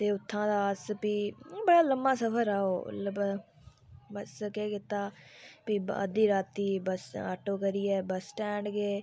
ते उत्थां दा अस भी ते इन्ना बड्डा लम्मा सफर ऐ ओह् ओह्दा बस केह् कीता भी अद्धी रातीं ऑटो करियै बस्स स्टैंड गे